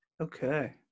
Okay